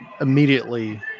immediately